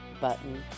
button